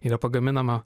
yra pagaminama